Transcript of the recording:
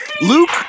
Luke